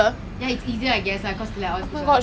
!wah! I want to rollerblade with people eh damn fun